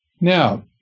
now